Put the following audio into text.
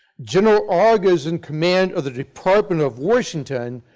general auger is in command of the department of washington,